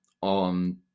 on